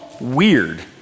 weird